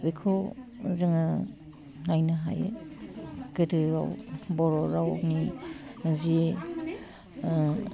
बेखौ जोङो नायनो हायो गोदोयाव बर' रावनि जि